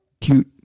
cute